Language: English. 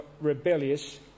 rebellious